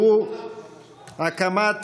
שהוא הקמת